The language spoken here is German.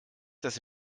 das